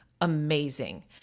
amazing